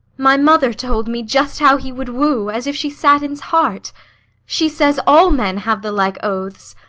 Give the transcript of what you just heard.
my mother told me just how he would woo, as if she sat in's heart she says all men have the like oaths.